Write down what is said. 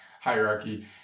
hierarchy